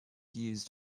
used